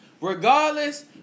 regardless